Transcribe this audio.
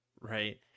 Right